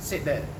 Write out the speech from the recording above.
said that